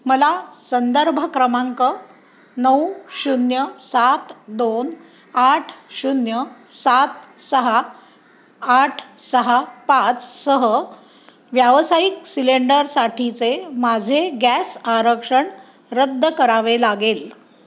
मला संदर्भ क्रमांक नऊ शून्य सात दोन आठ शून्य सात सहा आठ सहा पाच सह व्यावसायिक सिलेंडरसाठीचे माझे गॅस आरक्षण रद्द करावे लागेल